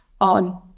on